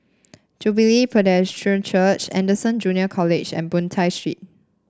Jubilee Presbyterian Church Anderson Junior College and Boon Tat Street